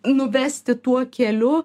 nuvesti tuo keliu